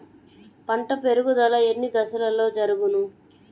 పంట పెరుగుదల ఎన్ని దశలలో జరుగును?